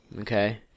okay